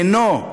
אינו,